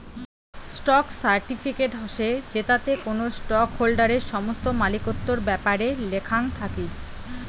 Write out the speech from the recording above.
stock certificate হসে জেতাতে কোনো স্টক হোল্ডারের সমস্ত মালিকত্বর ব্যাপারে লেখাং থাকি